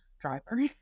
driver